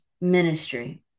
ministry